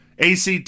ACT